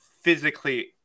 physically